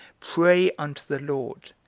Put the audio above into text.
pray unto the lord,